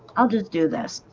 i'll just do this.